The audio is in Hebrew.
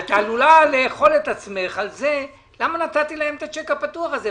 את עלולה לאכול את עצמך על כך: למה נתתי להם את הצ'ק הפתוח הזה?